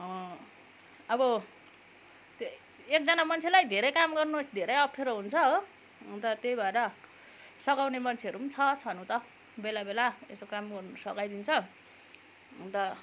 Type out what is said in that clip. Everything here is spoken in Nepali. अब एकजना मन्छेलाई धेरै काम गर्नु धेरै अप्ठ्यारो हुन्छ हो अन्त त्यही भएर सघाउने मन्छेहरू पनि छ छनु त बेला बेला यसो कामहरू सघाइदिन्छ अन्त